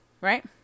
right